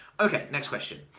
okay next question.